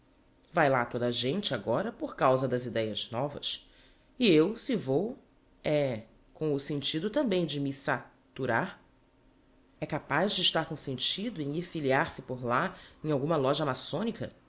vae lá toda a gente agora por causa das ideias novas e eu se vou é com o sentido tambem de me sa turar é capaz de estar com o sentido em ir filiar se por lá em alguma loja maçonica